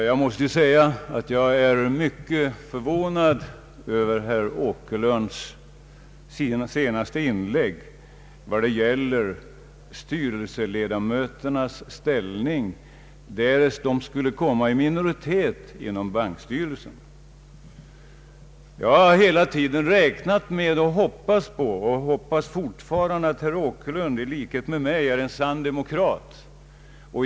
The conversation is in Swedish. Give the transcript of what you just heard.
Herr talman! Jag är mycket förvånad över herr Åkerlunds senaste inlägg när det gäller de offentliga styrelseledamöternas ställning därest de skulle komma i minoritet inom bankstyrelsen. Jag har hela tiden räknat med — och det hoppas jag fortfarande — att herr Åkerlund i likhet med mig är en sann demokrat.